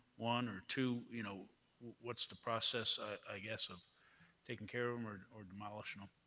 one or two. you know what's the process i guess of taking care of them or or demolishing them?